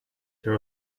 there